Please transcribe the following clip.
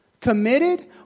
committed